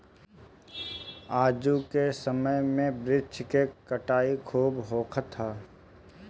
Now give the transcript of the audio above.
आजू के समय में वृक्ष के कटाई खूब होखत हअ